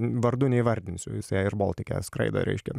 vardu neįvardinsiu eir boltike skraido reiškia